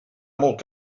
molt